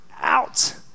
out